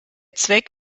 zweck